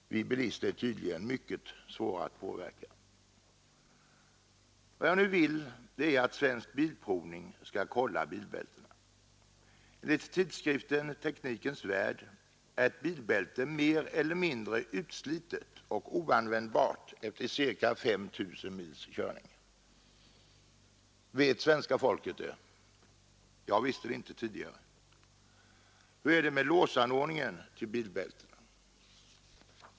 Vi bilister är tydligen mycket svåra att påverka. Ang. kontrollen av Vad jag nu vill är att Svensk bilprovning skall kolla bilbältena. Enligt — bilbälten m.m. tidskriften Teknikens Värld är ett bilbälte mer eller mindre utslitet och Jag visste det inte tidigare Hur är det med låsanordningen till bilbältena?